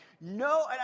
No